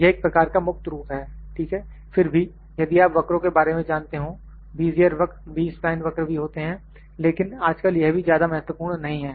यह एक प्रकार का मुक्त रूप है ठीक है फिर भी यदि आप वक्रो के बारे में जानते हो बीजयर वक्र B स्पलाइन वक्र भी होते हैं लेकिन आजकल यह भी ज्यादा महत्वपूर्ण नहीं है